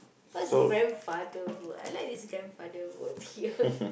what's grandfather road I like this grandfather road here